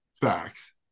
Facts